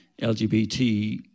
LGBT